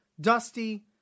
dusty